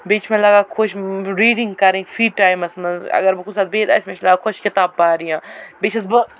بیٚیہِ چھِ مےٚ لَگان خۄش ریٖڈِنٛگ کَرٕنۍ فرٛی ٹایمَس منٛز اگر بہٕ کُنہِ ساتہٕ بِہِتھ آسہٕ مےٚ چھِ لَگان خۄش کِتابہٕ پرنہِ بیٚیہِ چھَس بہٕ